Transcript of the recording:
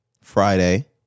Friday